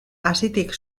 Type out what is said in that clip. hazitik